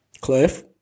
Cliff